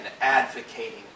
advocating